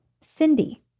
Cindy